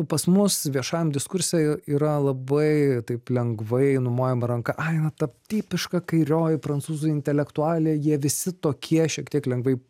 pas mus viešajam diskurse yra labai taip lengvai numojama ranka ai na ta tipiška kairioji prancūzų intelektualė jie visi tokie šiek tiek lengvai